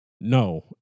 No